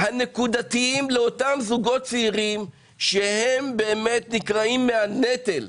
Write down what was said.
הנקודתיים לאותם זוגות צעירים שהם באמת נקרעים מהנטל.